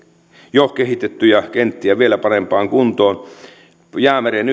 jo kehitettyjä kenttiä vielä parempaan kuntoon jäämeren